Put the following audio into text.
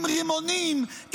עם רימונים,